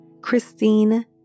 Christine